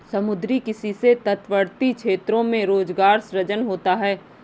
समुद्री किसी से तटवर्ती क्षेत्रों में रोजगार सृजन होता है